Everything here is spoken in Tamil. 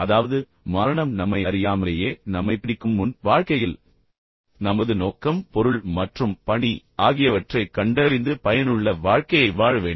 அதாவது மரணம் நம்மை அறியாமலேயே நம்மைப் பிடிக்கும் முன் வாழ்க்கையில் நமது நோக்கம் பொருள் மற்றும் பணி ஆகியவற்றைக் கண்டறிந்து பயனுள்ள வாழ்க்கையை வாழ வேண்டும்